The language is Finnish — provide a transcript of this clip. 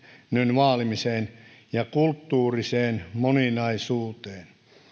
vaalimiseen ja kulttuuriseen moninaisuuteen